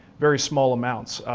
very small amounts.